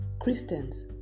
Christians